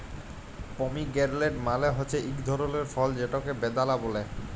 pomegranate মালে হছে ইক ধরলের ফল যেটকে বেদালা ব্যলে